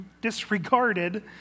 disregarded